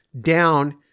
down